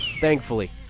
Thankfully